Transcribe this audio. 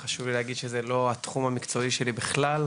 חשוב לי להגיד שזה לא התחום המקצועי שלי בכלל.